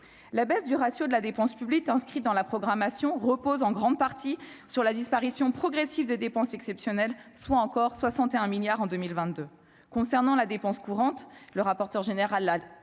la baisse du ratio de la dépense publique inscrite dans la programmation repose en grande partie sur la disparition progressive des dépenses exceptionnelles, soit encore 61 milliards en 2022 concernant la dépense courante, le rapporteur général, a